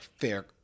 fair